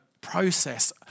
process